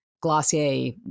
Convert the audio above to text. Glossier